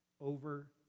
over